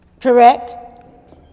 Correct